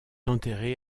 enterré